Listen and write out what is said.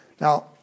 Now